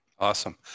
Awesome